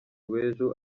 w’ejo